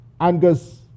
Angus